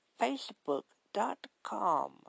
Facebook.com